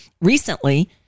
recently